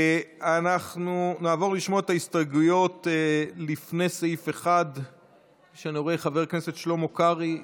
אנחנו נעבור לשמוע את ההסתייגויות לפני סעיף 1. חבר הכנסת שלמה קרעי,